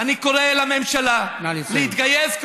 אני קורא לממשלה להתגייס נא לסיים.